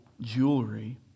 jewelry